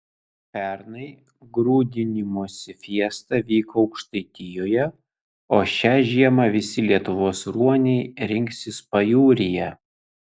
pernai grūdinimosi fiesta vyko aukštaitijoje o šią žiemą visi lietuvos ruoniai rinksis pajūryje